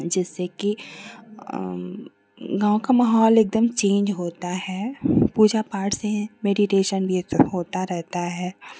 जिससे कि गाँव का माहौल एकदम चेन्ज होता है पूजा पाठ से मेडिटेशन भी अक्सर होता रहता है